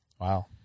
Wow